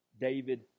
David